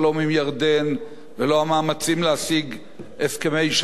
להשיג הסכמי שלום עם הפלסטינים והסורים,